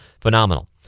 Phenomenal